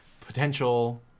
potential